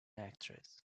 actress